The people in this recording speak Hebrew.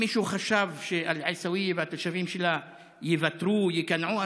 אם מישהו חשב שעיסאוויה והתושבים שלה יוותרו וייכנעו,